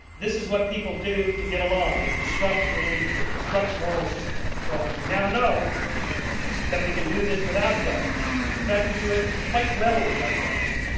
this is what people do to get along. they construct religions. they construct moral systems and so on. we now know that we can do this without gods. in fact, we do it quite well without gods.